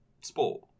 sport